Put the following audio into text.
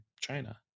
China